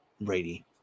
Brady